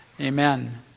Amen